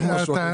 לא משהו אחר,